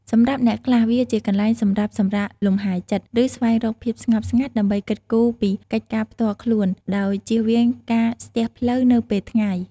សម្រាប់អ្នកខ្លះ វាជាកន្លែងសម្រាប់ សម្រាកលំហែចិត្ត ឬស្វែងរកភាពស្ងប់ស្ងាត់ដើម្បីគិតគូរពីកិច្ចការផ្ទាល់ខ្លួន ដោយជៀសវាងការស្ទះផ្លូវនៅពេលថ្ងៃ។